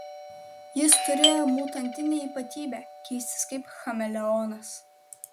jis turėjo mutantinę ypatybę keistis kaip chameleonas